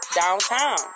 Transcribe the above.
downtown